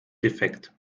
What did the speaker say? defekt